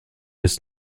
ist